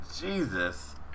Jesus